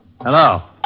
Hello